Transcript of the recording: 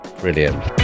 Brilliant